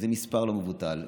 זה מספר לא מבוטל.